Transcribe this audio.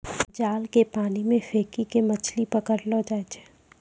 जाल के पानी मे फेकी के मछली पकड़लो जाय छै